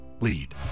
lead